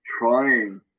trying